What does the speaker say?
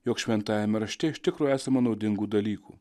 jog šventajame rašte iš tikrųjų esama naudingų dalykų